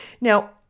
Now